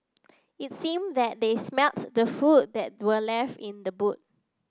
it seemed that they smelts the food that were left in the boot